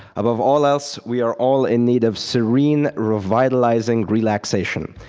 above all else, we are all in need of serene, revitalizing relaxation.